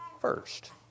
first